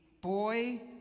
boy